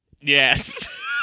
Yes